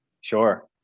sure